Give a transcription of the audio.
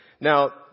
Now